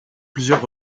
plusieurs